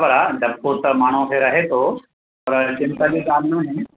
बराबरि आहे डप पोइ त माण्हूअ खे रहे थो पर चिंता जी ॻाल्हि न आहे